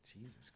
Jesus